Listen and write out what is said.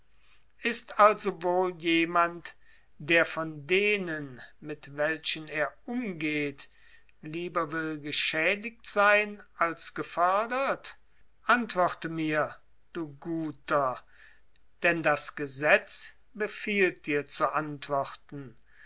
ist also wohl jemand der von denen mit welchen er umgeht lieber will geschädigt sein als gefördert antworte mir du guter denn das gesetz befiehlt dir zu antworten